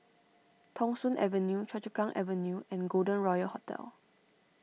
Thong Soon Avenue Choa Chu Kang Avenue and Golden Royal Hotel